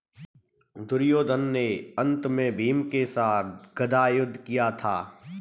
दुर्योधन ने अन्त में भीम के साथ गदा युद्ध किया था